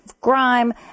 grime